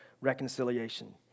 reconciliation